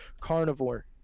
carnivore